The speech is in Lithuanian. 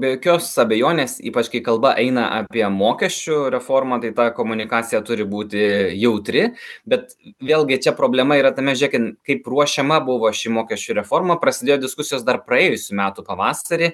be jokios abejonės ypač kai kalba eina apie mokesčių reformą tai ta komunikacija turi būti jautri bet vėlgi čia problema yra tame žėkin kaip ruošiama buvo ši mokesčių reforma prasidėjo diskusijos dar praėjusių metų pavasarį